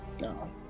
No